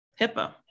HIPAA